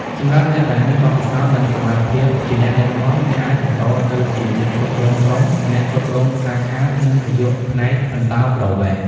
សម្រាប់អ្នកដែលមានបទពិសោធន៍ និងសមត្ថភាពភាពជាអ្នកដឹកនាំ អ្នកអាចបន្តទៅជា អ្នកគ្រប់គ្រងក្រុម អ្នកគ្រប់គ្រងសាខា និងនាយកផ្នែកអន្តោប្រវេសន៍។